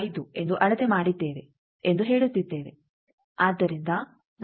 5 ಎಂದು ಅಳತೆ ಮಾಡಿದ್ದೇವೆ ಎಂದು ಹೇಳುತ್ತಿದ್ದೇವೆ